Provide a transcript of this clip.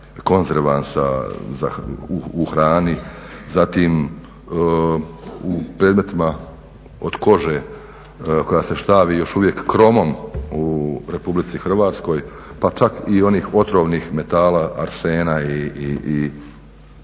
konzervansa u hrani, zatim u predmetima od kože koja se štavi još uvijek kromom u Republici Hrvatskoj, pa čak i onih otrovnih metala, arsena pa